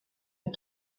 les